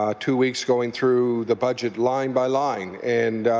um two weeks going through the budget line by line. and